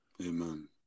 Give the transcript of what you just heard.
Amen